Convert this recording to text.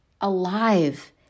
alive